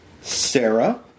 Sarah